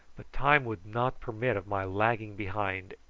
but time would not permit of my lagging behind,